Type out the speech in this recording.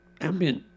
ambient